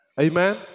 Amen